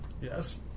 Yes